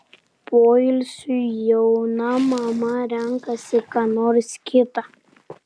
poilsiui jauna mama renkasi ką nors kita